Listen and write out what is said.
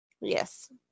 Yes